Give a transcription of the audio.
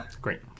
Great